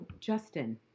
Justin